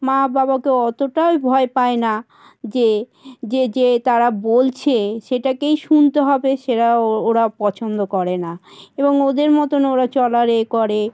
মা বাবাকে অতোটাই ভয় পায় না যে যে যে তারা বলছে সেটাকেই শুনতে হবে সেটা ওরা পছন্দ করে না এবং ওদের মতন ওরা চলার এ করে